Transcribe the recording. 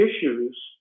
issues